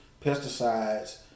pesticides